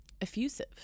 effusive